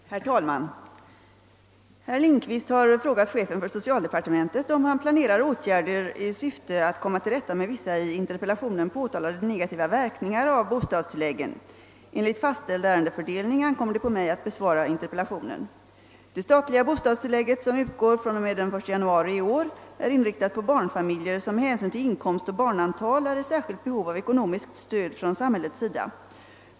rade: Herr talman! Herr Lindkvist har frå gat chefen för socialdepartementet om han planerar åtgärder i syfte att komma till rätta med vissa i interpellationen påtalade negativa verkningar av bostadstilläggen. Enligt fastställd ärendefördelning ankommer det på mig att besvara interpellationen. Det statliga bostadstillägget som utgår fr.o.m. den 1 januari i år är inriktat på barnfamiljer som med hänsyn till inkomst och barnantal är i särskilt behov av ekonomiskt stöd från samhällets sida.